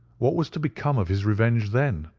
what was to become of his revenge then?